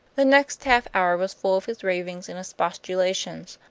the next half hour was full of his ravings and expostulations,